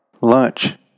Lunch